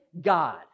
God